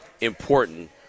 important